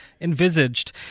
envisaged